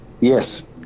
Yes